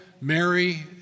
Mary